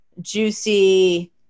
juicy